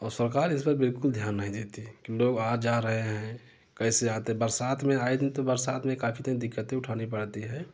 और सरकार इस पर बिल्कुल ध्यान नहीं देती कि लोग आ जा रहें है कैसे आते बरसात में आए दिन बरसात में काफ़ी दिन दिक्कतें उठानी पड़ती हैं